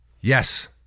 Yes